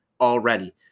already